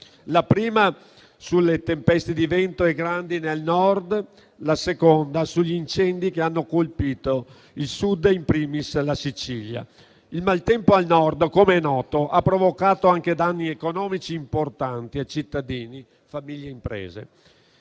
la prima, sulle tempeste di vento e grandine al Nord; la seconda, sugli incendi che hanno colpito il Sud e, *in primis*, la Sicilia. Il maltempo al Nord, com'è noto, ha provocato anche danni economici importanti a cittadini, famiglie e imprese.